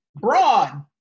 Broad